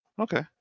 Okay